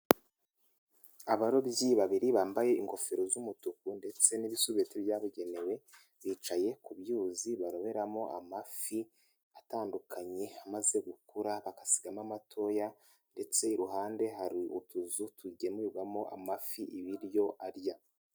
Abarobyi babiri bambaye ingofero z'umutuku ndetse n'ibisurubeti byabugenewe, bicaye ku byuzi baroberamo amafi atandukanye amaze gukura bagasigamo amatoya ndetse iruhande hari utuzu tugemurirwamo amafi ibiryo arya.